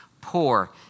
poor